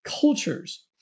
cultures